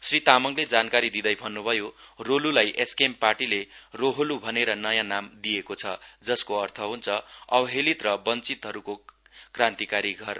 श्री तामाङले जानकारी दिँदै भन्न्भयो रोल्लाई एसकेएम पार्टीले रोहोल् भनेर नयाँ नाम दिएको छ जसको अर्थ हुन्छ अवहेलित र वञ्चीतहरूको क्रान्तिकारी घर